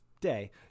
day